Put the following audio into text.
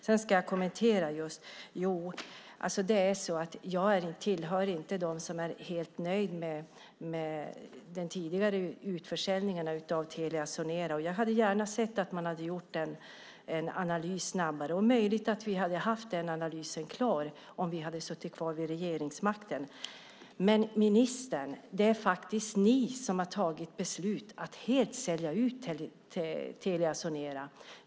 Jag vill också kommentera att jag inte tillhör dem som är helt nöjda med de tidigare utförsäljningarna av Telia Sonera. Jag hade gärna sett att man hade gjort en analys snabbare. Det är möjligt att vi hade haft den analysen klar om vi hade suttit kvar vid regeringsmakten. Men nu, ministern, är det faktiskt ni som har tagit beslutet att helt sälja ut Telia Sonera.